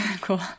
Cool